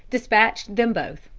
despatched them both.